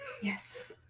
Yes